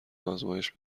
آزمایش